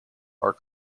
are